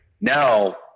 now